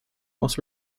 was